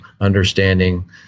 understanding